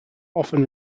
often